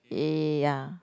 ya